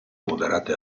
moderati